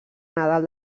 nadal